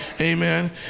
amen